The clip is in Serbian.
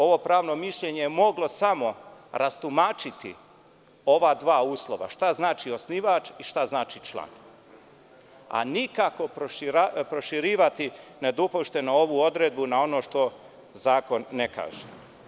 Ovo pravno mišljenje je moglo samo rastumačiti ova dva uslova: šta znači osnivač i šta znači član, a nikako proširivati nedopušteno ovu odredbu na ono što zakon ne kaže.